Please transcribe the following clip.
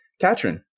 Katrin